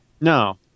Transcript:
No